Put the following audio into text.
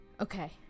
Okay